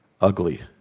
ugly